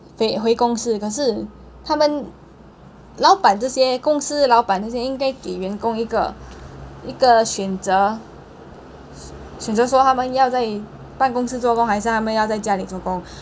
回公司可是他们老板这些公司老板这些应该给员工一个一个选择选择说他们要在办公室做工还是他们要在家里做工